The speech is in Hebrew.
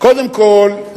קודם כול,